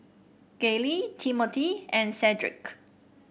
Gayle Timmothy and Cedrick